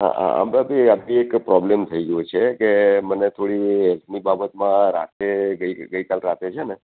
હા હા અભી આ એક પ્રોબ્લેમ થઈ ગયો છે કે મને થોડી હેલ્થની બાબતમાં રાત્રે ગઈ ગઈકાલ રાત્રે છે ને